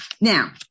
Now